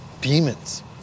demons